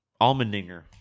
Almendinger